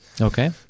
okay